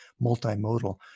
multimodal